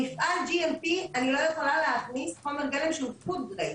מפעל GMP אני לא יכולה להכניס חומר גלם שהוא food grade.